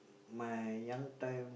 my young time